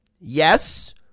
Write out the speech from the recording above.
yes